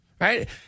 right